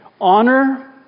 Honor